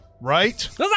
Right